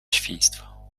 świństwo